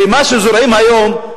ומה שזורעים היום,